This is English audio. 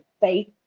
faith